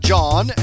John